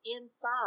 inside